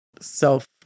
self